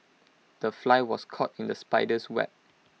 the fly was caught in the spider's web